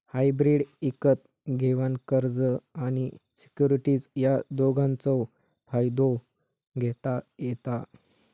hybrid इकत घेवान कर्ज आणि सिक्युरिटीज या दोघांचव फायदो घेता येता